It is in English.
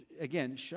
again